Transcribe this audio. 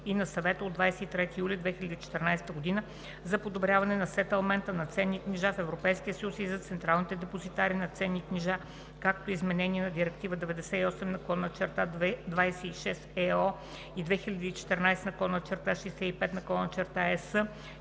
и на Съвета от 23 юли 2014 г. за подобряване на сетълмента на ценни книжа в Европейския съюз и за централните депозитари на ценни книжа, както и изменение на директиви 98/26 ЕО и 2014/65/ЕС